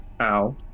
Ow